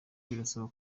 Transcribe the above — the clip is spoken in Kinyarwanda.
birasaba